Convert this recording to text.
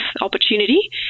opportunity